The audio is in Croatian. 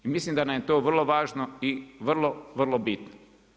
I mislim da nam je to vrlo važno i vrlo, vrlo bitno.